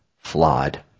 flawed